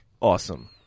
Awesome